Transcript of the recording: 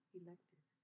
elected